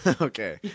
Okay